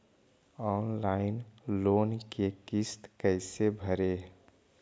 Online loan के किस्त कैसे भरे?